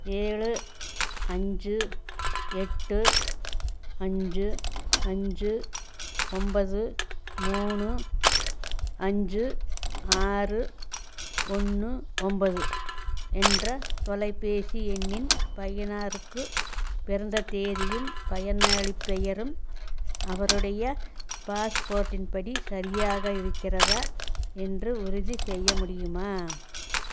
ஏழு அஞ்சு எட்டு அஞ்சு அஞ்சு ஒன்பது மூணு அஞ்சு ஆறு ஒன்று ஒன்பது என்ற தொலைபேசி எண்ணின் பயனருக்கு பிறந்த தேதியும் பயனாளிப் பெயரும் அவருடைய பாஸ்போர்ட்டின் படி சரியாக இருக்கிறதா என்று உறுதி செய்ய முடியுமா